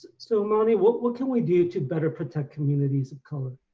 so amani, what what can we do to better protect communities of color?